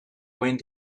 wind